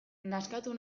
nazkatu